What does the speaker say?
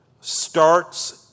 starts